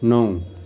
नौ